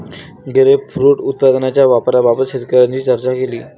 grapefruit उत्पादनाच्या वापराबाबत शेतकऱ्यांशी चर्चा केली